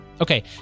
Okay